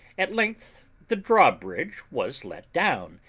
at length the drawbridge was let down,